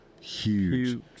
Huge